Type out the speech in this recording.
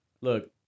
look